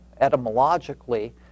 etymologically